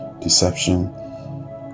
deception